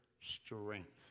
strength